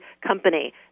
company